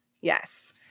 Yes